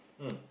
mm